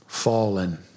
fallen